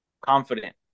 confident